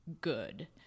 good